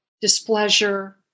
displeasure